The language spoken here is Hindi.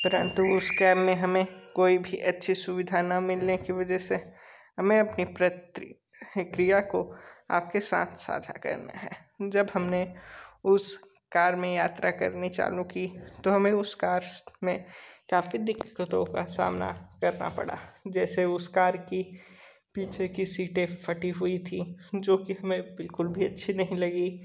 परंतु उस कैब में हमें कोई भी अच्छी सुविधा न मिलने के वजह से हमें अपनी प्रक्रिया को आपके साथ साझा करना है जब हमने उस कार में यात्रा करनी चालू की तो हमें उस कार्स में काफ़ी दिक्कतों का सामना करना पड़ा जैसे उस कार की पीछे की सीटें फटी हुई थी जो कि हमें बिल्कुल भी अच्छी नहीं लगी